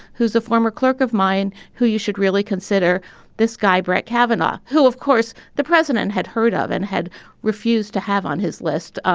who's a former clerk of mine, who you should really consider this guy, brett kavanaugh, who, of course, the president had heard of and had refused to have on his list, ah